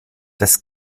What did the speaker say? das